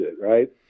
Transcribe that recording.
Right